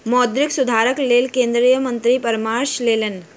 मौद्रिक सुधारक लेल केंद्रीय मंत्री परामर्श लेलैन